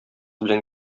белән